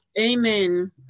Amen